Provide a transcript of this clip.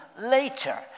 later